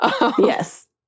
Yes